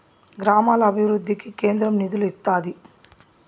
గ్రామాల అభివృద్ధికి కేంద్రం నిధులు ఇత్తాది